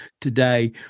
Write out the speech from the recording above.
today